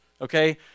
okay